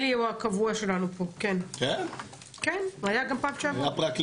אתה יודע כמה תיקים של פשיעה חקלאית